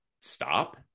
stop